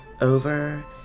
over